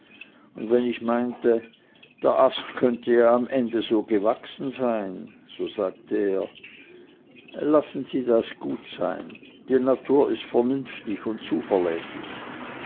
und wenn ich meinte der ast könnte ja am ende so gewachsen sein so sagte er lassen sie das gut sein die natur ist vernünftig und zuverlässig